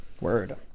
word